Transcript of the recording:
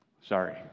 sorry